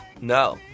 No